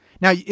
Now